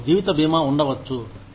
మీకు జీవిత బీమా ఉండవచ్చు